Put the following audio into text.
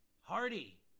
Hardy